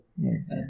yes